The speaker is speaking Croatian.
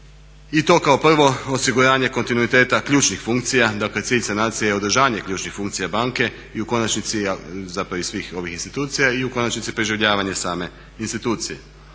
I to kao prvo osiguranje kontinuiteta ključnih funkcija. Dakle cilj sanacije je održanje ključnih funkcija banke i u konačnici, zapravo i svih ovih institucija i u konačnici preživljavanje same institucije.